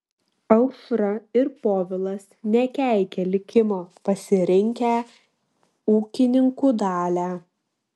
aušra ir povilas nekeikia likimo pasirinkę ūkininkų dalią